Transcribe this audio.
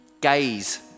Gaze